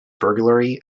burglary